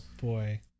boy